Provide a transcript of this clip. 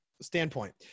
standpoint